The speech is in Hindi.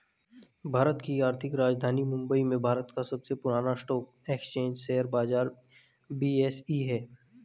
भारत की आर्थिक राजधानी मुंबई में भारत का सबसे पुरान स्टॉक एक्सचेंज शेयर बाजार बी.एस.ई हैं